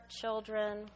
children